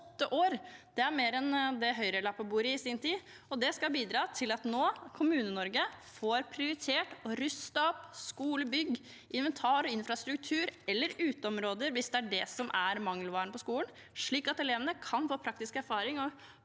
Det er mer enn det Høyre la på bordet i sin tid. Det skal bidra til at Kommune-Norge nå får prioritert å ruste opp skolebygg, inventar og infrastruktur, eller uteområder, hvis det er det som er mangelvaren på skolen, slik at elevene kan få praktisk erfaring og